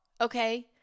Okay